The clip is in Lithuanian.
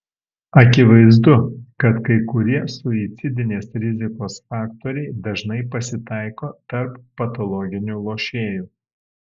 akivaizdu kad kai kurie suicidinės rizikos faktoriai dažnai pasitaiko tarp patologinių lošėjų